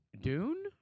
Dune